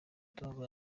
ndumva